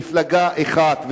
מפלגה אחת.